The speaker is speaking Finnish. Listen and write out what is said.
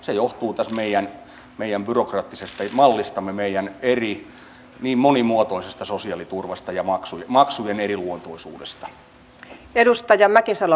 se johtuu tästä meidän byrokraattisesta mallistamme meidän niin monimuotoisesta sosiaaliturvasta ja maksujen eriluontoisuudesta